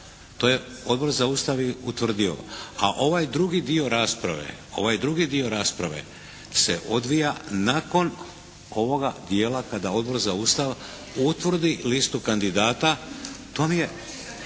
To je Odbor za Ustav i utvrdio, a ovaj drugi dio rasprave se odvija nakon ovoga dijela kada Odbor za Ustav utvrdi listu kandidata.